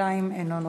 בינתיים אינו נוכח.